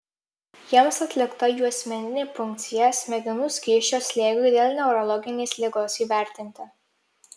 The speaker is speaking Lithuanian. jiems atlikta juosmeninė punkcija smegenų skysčio slėgiui dėl neurologinės ligos įvertinti